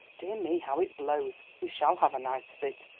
dear me, how it blows we shall have a night of it,